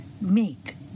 make